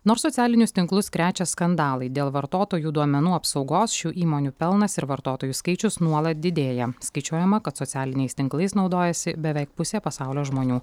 nors socialinius tinklus krečia skandalai dėl vartotojų duomenų apsaugos šių įmonių pelnas ir vartotojų skaičius nuolat didėja skaičiuojama kad socialiniais tinklais naudojasi beveik pusė pasaulio žmonių